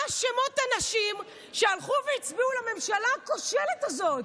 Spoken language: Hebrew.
מה אשמות הנשים שהלכו והצביעו לממשלה הכושלת הזאת?